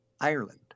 Ireland